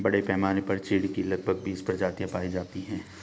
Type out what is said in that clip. बड़े पैमाने पर चीढ की लगभग बीस प्रजातियां पाई जाती है